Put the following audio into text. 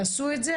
תעשו את זה,